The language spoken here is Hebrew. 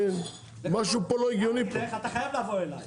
הוא יגיד לך: אתה חייב לבוא אלי.